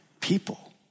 people